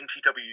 NTW